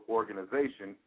organization